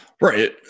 Right